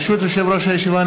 ברשות יושב-ראש הישיבה,